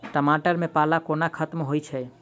टमाटर मे पाला कोना खत्म होइ छै?